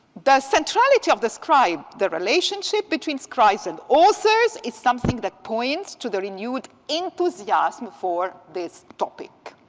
the centrality of the scribe, the relationship between scribes and authors is something that points to the renewed enthusiasm for this topic.